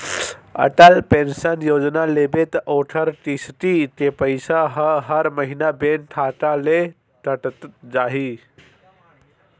Atal pension योजना लेबे त ओखर किस्ती के पइसा ह हर महिना बेंक खाता ले कटत जाही